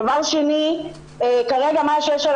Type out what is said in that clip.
דבר שני, כרגע מה שיש על